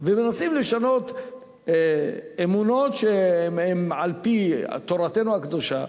ומנסים לשנות אמונות שהן על-פי תורתנו הקדושה,